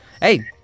Hey